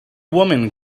woman